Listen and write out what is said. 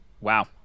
Wow